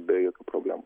be jokių problemų